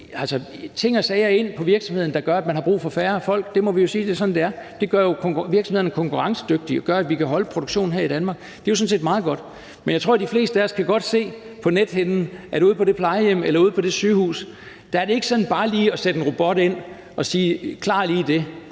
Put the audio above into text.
ting og sager ind i virksomhederne, der gør, at man har brug for færre folk. Vi må jo sige, at det er sådan, det er. Det gør jo virksomhederne konkurrencedygtige og gør, at vi kan holde produktionen her i Danmark. Det er jo sådan set meget godt. Men jeg tror godt, at de fleste af os har fået et billede på nethinden af, at man ude på det plejehjem eller ude på det sygehus ikke sådan bare lige sætter en robot ind og siger: Klar lige det.